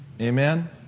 Amen